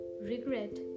regret